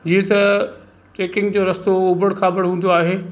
ईअं त ट्रैकिंग जो रस्तो उबड़ खाबड़ हूंदो आहे